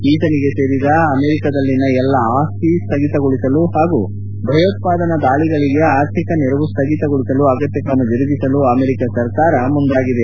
ಈತನಿಗೆ ಸೇರಿದ ಅಮೆರಿಕಾದಲ್ಲಿನ ಎಲ್ಲಾ ಆಸ್ತಿ ಸ್ಥಗಿತಗೊಳಿಸಲು ಹಾಗೂ ಭಯೋತ್ಪಾದನ ದಾಳಿಗಳಿಗೆ ಆರ್ಥಿಕ ನೆರವು ಸ್ನಗಿತಗೊಳಿಸಲು ಅಗತ್ನಕ್ರಮ ಜರುಗಿಸಲು ಅಮೆರಿಕಾ ಸರ್ಕಾರ ಮುಂದಾಗಿದೆ